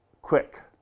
quick